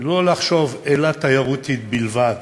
לא לחשוב על אילת תיירותית בלבד.